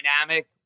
dynamic